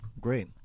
great